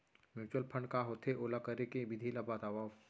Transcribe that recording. mutual fund का होथे, ओला करे के विधि ला बतावव